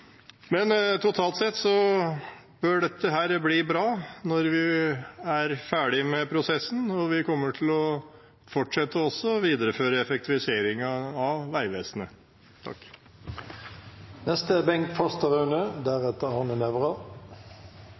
Totalt sett bør dette bli bra når vi er ferdig med prosessen. Vi kommer til å fortsette og videreføre effektiviseringen av Vegvesenet.